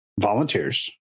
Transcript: volunteers